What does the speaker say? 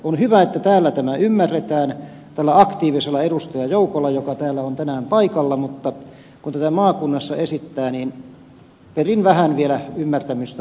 on hyvä että täällä tämä ymmärretään tällä aktiivisella edustajajoukolla joka täällä on tänään paikalla mutta kun tätä maakunnassa esittää niin perin vähän vielä ymmärtämystä